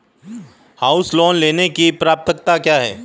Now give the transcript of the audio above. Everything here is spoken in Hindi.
हाउस लोंन लेने की पात्रता क्या है?